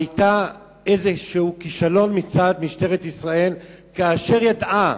שהיה איזה כישלון מצד משטרת ישראל כאשר היא ידעה